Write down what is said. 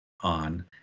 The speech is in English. on